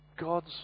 God's